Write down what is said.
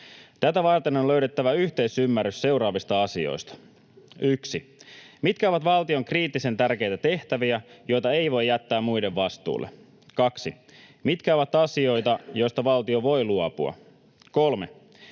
Tätä varten on löydettävä yhteisymmärrys seuraavista asioista: 1) Mitkä ovat valtion kriittisen tärkeitä tehtäviä, joita ei voi jättää muiden vastuulle? 2) Mitkä ovat asioita, joista valtio voi luopua? 3)